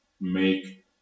make